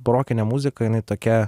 barokinė muzika jinai tokia